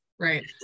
right